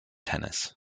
tennis